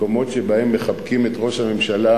מקומות שבהם מחבקים את ראש הממשלה,